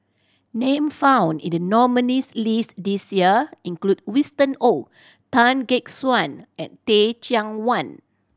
names found in the nominees' list this year include Winston Oh Tan Gek Suan and Teh Cheang Wan